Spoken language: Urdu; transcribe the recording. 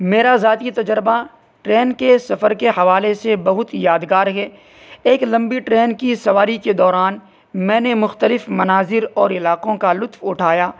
میرا ذاتی تجربہ ٹرین کے سفر کے حوالے سے بہت یادگار ہے ایک لمبی ٹرین کی سواری کے دوران میں نے مختلف مناظر اور علاقوں کا لطف اٹھایا